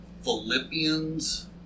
philippians